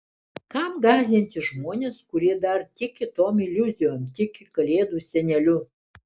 kam gąsdinti žmones kurie dar tiki tom iliuzijom tiki kalėdų seneliu